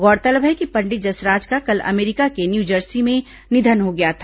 गौरतलब है कि पंडित जसराज का कल अमेरिका के न्यूजर्सी में निधन हो गया था